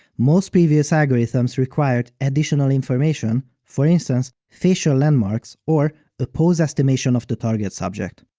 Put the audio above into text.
most previous algorithms required additional information, for instance, facial landmarks or a pose estimation of the target subject.